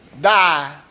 die